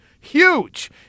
Huge